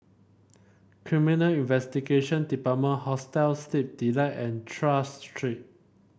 Criminal Investigation Department Hostel Sleep Delight and Tras Street